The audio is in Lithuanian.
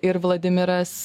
ir vladimiras